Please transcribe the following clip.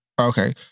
Okay